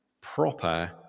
proper